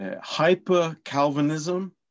hyper-Calvinism